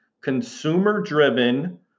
consumer-driven